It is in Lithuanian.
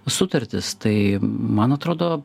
sutartys tai man atrodo